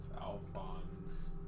Alphonse